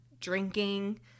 drinking